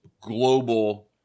global